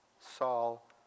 Saul